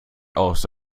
aus